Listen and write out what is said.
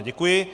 Děkuji.